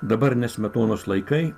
dabar ne smetonos laikai